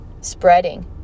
spreading